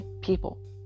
people